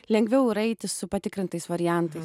lengviau yra eiti su patikrintais variantais